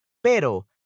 Pero